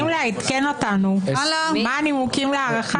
אתם צריכים לעדכן אותנו מה הנימוקים להארכה.